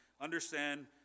understand